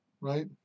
right